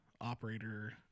operator